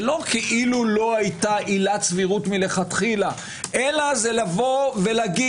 זה לא כאילו לא הייתה עילת סבירות לכתחילה אלא זה לבוא ולומר: